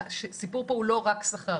והסיפור פה הוא לא רק שכר,